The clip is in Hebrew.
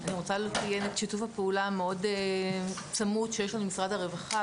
אני רוצה לציין את שיתוף הפעולה המאוד צמוד שיש לנו עם משרד הרווחה,